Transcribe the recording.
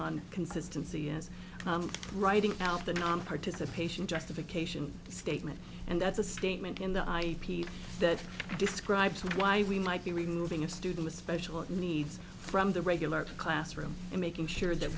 on consistency is writing out the nonparticipation justification statement and that's a statement in the i p that describes why we might be removing a student with special needs from the regular classroom and making sure that